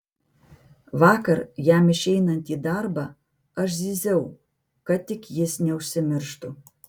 vakar jam išeinant į darbą aš zyziau kad tik jis neužsimirštų